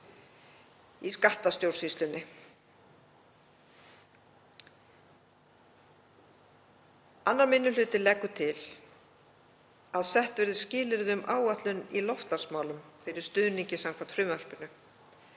í skattastjórnsýslunni. Annar minni hluti leggur til að sett verði skilyrði um áætlun í loftslagsmálum fyrir stuðningi samkvæmt frumvarpinu.